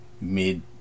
mid